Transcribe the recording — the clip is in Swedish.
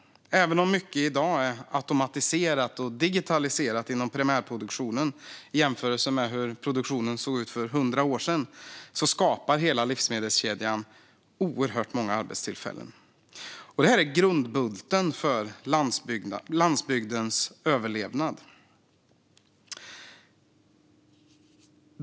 Även om mycket i dag är automatiserat och digitaliserat inom primärproduktionen i jämförelse med hur produktionen såg ut för 100 år sedan skapar hela livsmedelskedjan oerhört många arbetstillfällen. Det här är grundbulten för landsbygdens överlevnad.